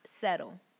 settle